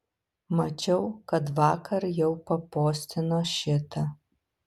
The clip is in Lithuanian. mačiau kad vakar jau papostino šitą